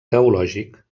teològic